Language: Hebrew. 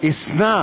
אשנא